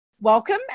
Welcome